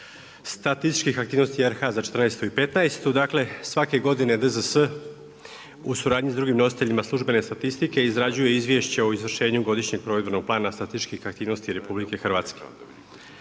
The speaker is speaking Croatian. statističkih aktivnosti RH za 2014. i 2015. Dakle, svake godine DZS, u suradnji sa drugim nositeljima službene statistike izrađuje izvješće o izvršenju godišnjeg provedbenog plana statističkih aktivnosti RH.